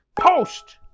post